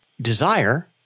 desire